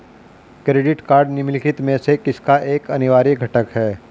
Credit card निम्नलिखित में से किसका एक अनिवार्य घटक है?